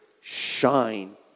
shine